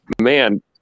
man